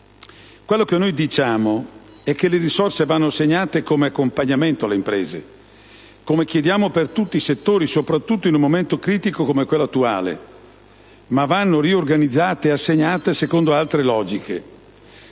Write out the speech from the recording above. Quello che noi diciamo è che le risorse vanno assegnate come accompagnamento alle imprese, come chiediamo per tutti i settori, soprattutto in un momento critico come quello attuale, ma vanno riorganizzate e assegnate secondo altre logiche.